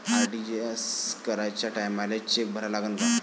RTGS कराच्या टायमाले cheque भरा लागन का?